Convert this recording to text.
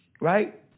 Right